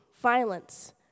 violence